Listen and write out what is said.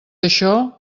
això